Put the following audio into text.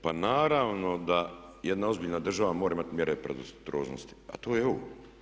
Pa naravno da jedna ozbiljna država mora imati mjere predostrožnosti, a to je ovo.